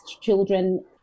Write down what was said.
children